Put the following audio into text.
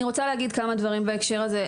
אני רוצה לומר כמה מלים בהקשר הזה.